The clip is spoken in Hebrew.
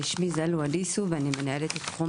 שמי זאלו אדיסו ואני מנהלת את תחום